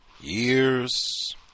years